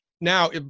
now